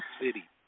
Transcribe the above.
City